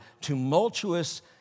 tumultuous